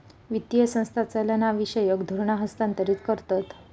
वित्तीय संस्था चालनाविषयक धोरणा हस्थांतरीत करतत